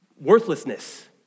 worthlessness